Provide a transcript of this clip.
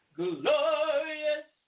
glorious